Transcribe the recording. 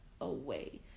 away